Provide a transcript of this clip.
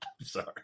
Sorry